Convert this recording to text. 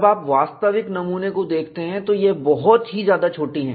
जब आप वास्तविक नमूने को देखते हैं तो यह बहुत ही ज्यादा छोटी हैं